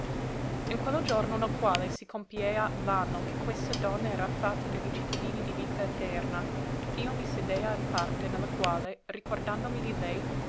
in quello giorno nel quale si compiea l'anno che questa donna era fatta de li cittadini di vita eterna io mi sedea in parte ne la quale ricordandomi di lei